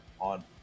on